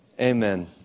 Amen